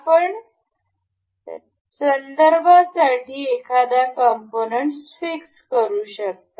आपण संदर्भांसाठी एखादा कॉम्पोनन्ट फिक्स करू शकता